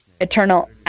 eternal